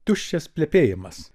tuščias plepėjimas